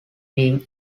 being